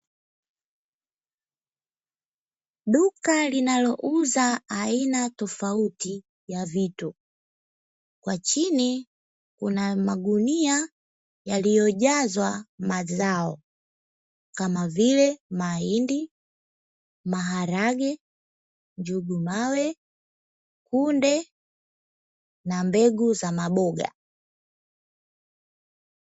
duka lenye bidhaa na mifuko tofauti ya yaliyojazwa kama vile mahindi maharage na mbegu za maboga